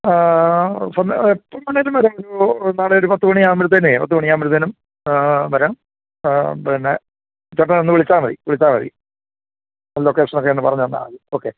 ആ എപ്പം വേണേലും വരാം നാളെ ഒരു പത്ത് മണി ആകുമ്പോഴ്ത്തേന് പത്ത് മണി ആകുമ്പോഴ്ത്തെനും വരാം പിന്നെ ചിലപ്പം ഒന്ന് വിളിച്ചാൽ മതി വിളിച്ചാൽ മതി ലൊക്കേഷൻ ഒക്കെ ഒന്ന് പറഞ്ഞ് തന്നാൽ മതി ഓക്കെ